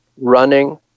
running